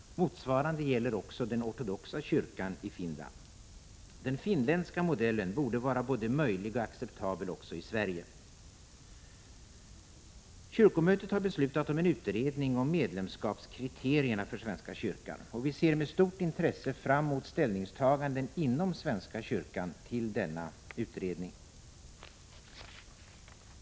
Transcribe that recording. Motsvarande gäller också den ortodoxa kyrkan i Finland. Den finländska modellen borde vara både möjlig och acceptabel också i Sverige. Kyrkomötet har beslutat om en utredning om medlemskapskriterierna för svenska kyrkan. Vi ser med stort intresse fram emot ställningstaganden inom svenska kyrkan till denna utredning.